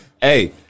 Hey